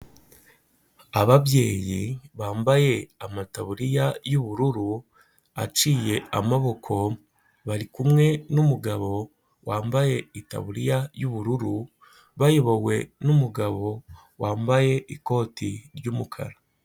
Ababyeyi bambaye amataburiya y'ubururu, aciye amaboko, bari kumwe n'umugabo wambaye itaburiya y'ubururu, bayobowe n'umugabo wambaye ikoti ry'umukara.